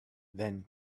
then